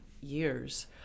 years